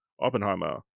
Oppenheimer